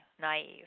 naive